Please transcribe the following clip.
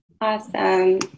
Awesome